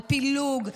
על פילוג,